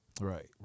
Right